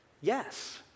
yes